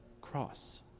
cross